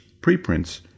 preprints